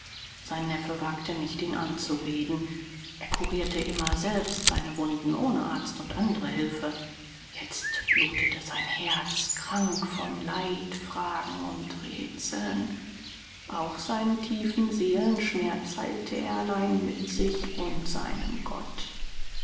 sein neffe wagte nicht ihn anzureden er kurierte immer selbst seine wunden ohne arzt und andre hilfe jetzt blutete sein herz krank von leid fragen und rätseln auch seinen tiefen seelenschmerz heilte er allein mit sich und seinem gott